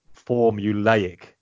formulaic